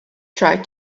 tried